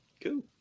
Cool